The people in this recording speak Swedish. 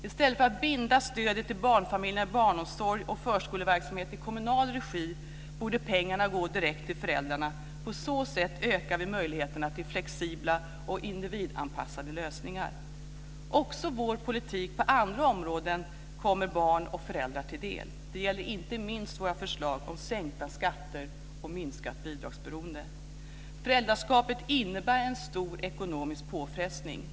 I stället för att binda stödet till barnfamiljerna i barnomsorg och förskoleverksamhet i kommunal regi, borde pengarna gå direkt till föräldrarna. På så sätt ökar vi möjligheterna till flexibla och individanpassade lösningar. Också vår politik på andra områden kommer barn och föräldrar till del. Det gäller inte minst våra förslag om sänkta skatter och minskat bidragsberoende. Föräldraskapet innebär en stor ekonomisk påfrestning.